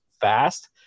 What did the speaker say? fast